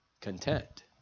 content